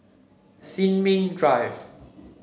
Sin Ming Drive